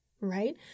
right